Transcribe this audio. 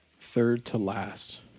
Third-to-last